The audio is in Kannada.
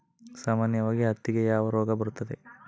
ಸಾಮಾನ್ಯವಾಗಿ ಹತ್ತಿಗೆ ಯಾವ ರೋಗ ಬರುತ್ತದೆ?